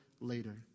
later